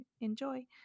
Enjoy